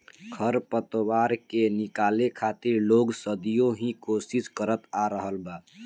खर पतवार के निकाले खातिर लोग सदियों ही कोशिस करत आ रहल बा